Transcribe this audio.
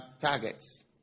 targets